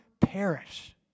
perish